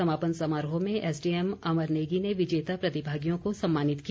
समापन समारोह में एसडीएम अमर नेगी ने विजेता प्रतिभागियों को सम्मानित किया